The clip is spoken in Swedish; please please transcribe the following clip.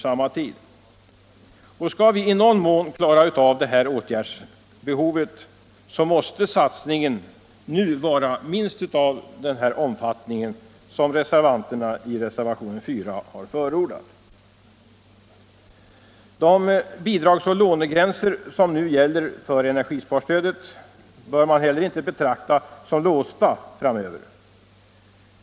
Skall vi någorlunda klara detta åtgärdsbehov, måste satsningen nu vara av minst den omfattning som förordas i reservationen 4. De bidragsoch lånegränser som nu gäller för energisparstödet bör inte betraktas som låsta framöver.